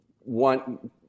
want